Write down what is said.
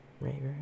Right